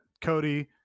Cody